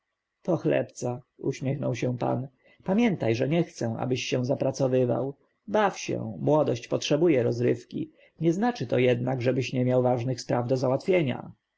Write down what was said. pochlebca uśmiechnął się pan pamiętaj że nie chcę ażebyś się zapracowywał baw się młodość potrzebuje rozrywki nie znaczy to jednak ażebyś nie miał ważnych spraw do załatwienia